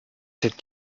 cette